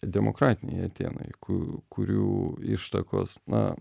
demokratiniai atėnai ku kurių ištakos na